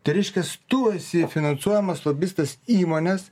tai reiškias tu esi finansuojamas lobistas įmonės